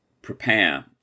prepare